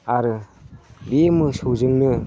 आरो बे मोसौजोंनो